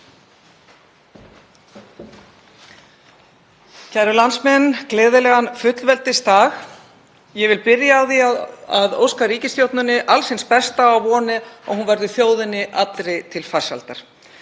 Kæru landsmenn, gleðilegan fullveldisdag. Ég vil byrja á því að óska ríkisstjórninni alls hins besta og vona að hún verði þjóðinni allri til farsældar.